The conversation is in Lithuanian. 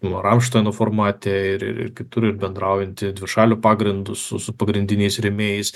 ramštaino formate ir kitur bendraujanti dvišaliu pagrindu su su pagrindiniais rėmėjais